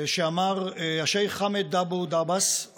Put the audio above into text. שאמר השייח' חמאד אבו דעאבס,